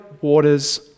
waters